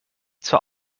zur